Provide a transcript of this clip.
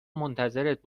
منتظرت